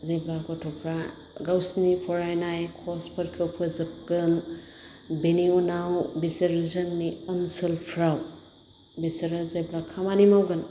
जेब्ला गथ'फ्रा गावसिनि फरायनाय कर्सफोरखौ फोजोबगोन बिनि उनाव बिसोर जोंनि ओनसोलफ्राव बिसोरो जेब्ला खामानि मावगोन